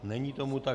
Není tomu tak.